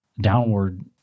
downward